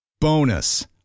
Bonus